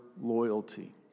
loyalty